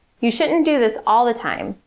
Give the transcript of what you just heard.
you shouldn't do this all the time,